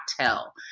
tell